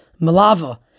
malava